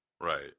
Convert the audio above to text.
Right